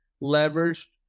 leverage